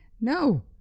No